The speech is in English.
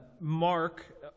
Mark